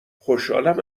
خوشحالم